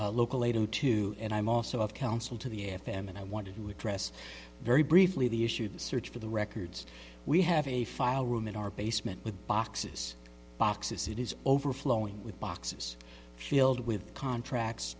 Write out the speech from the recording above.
a local a two two and i'm also of counsel to the f m and i wanted to address very briefly the issue the search for the records we have a file room in our basement with boxes boxes it is overflowing with boxes filled with contracts